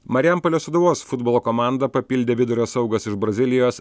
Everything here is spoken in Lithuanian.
marijampolės sūduvos futbolo komandą papildė vidurio saugas iš brazilijos